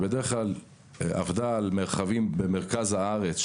בדרך כלל התוכנית עבדה על מרחבים במרכז הארץ,